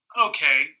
Okay